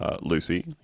Lucy